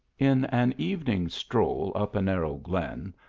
in an evening stroll up a narrow glen,